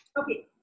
okay